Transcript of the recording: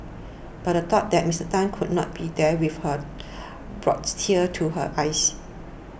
but the thought that Mister Tan could not be there with her brought tears to her eyes